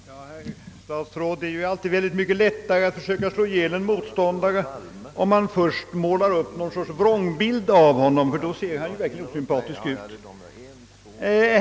Herr talman! Det är alltid mycket lättare, herr statsråd, att försöka slå ihjäl en motståndare, om man först målar upp någon sorts vrångbild av honom, så att han verkligen ser osympatisk ut.